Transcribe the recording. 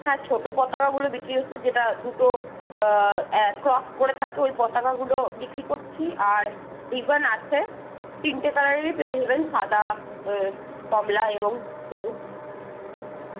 হ্যাঁ ছোট পতাকাগুলো বিক্রি হচ্ছে যেটা দুটো ক্রস করে থাকে ওই পতাকাগুলো বিক্রি করছি আর রিবন আছে তিনটে কালারেরই পেয়ে যাবেন সাদা কমলা এবং সবুজ